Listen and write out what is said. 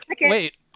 wait